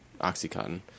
Oxycontin